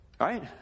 right